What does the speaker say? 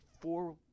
Four